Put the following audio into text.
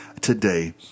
today